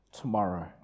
tomorrow